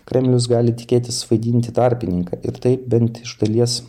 kremlius gali tikėtis vaidinti tarpininką ir taip bent iš dalies